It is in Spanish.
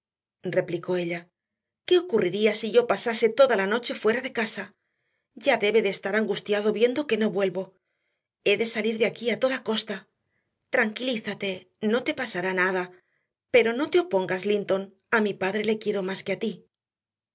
replicó ella qué ocurriría si yo pasase toda la noche fuera de casa ya debe de estar angustiado viendo que no vuelvo he de salir de aquí a toda costa tranquilízate no te pasará nada pero no te opongas linton a mi padre le quiero más que a ti